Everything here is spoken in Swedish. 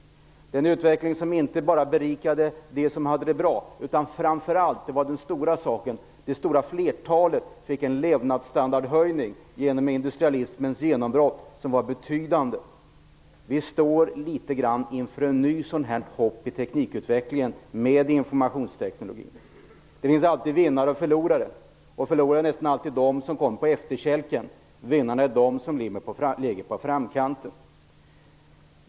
Det var en utveckling som inte bara berikade dem som hade det bra, utan framför allt fick det stora flertalet en betydande höjning av levnadsstandarden genom industrialismens genombrott, och det var den stora saken. Vi står litet grand inför ett nytt sådant hopp i teknikutvecklingen genom informationstekniken. Det finns alltid vinnare och förlorare, och förlorarna är nästan alltid de som kommer på efterkälken. Vinnarna är de som ligger i framkanten.